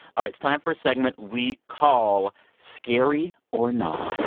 all right, it's time for a segment we call scary or nah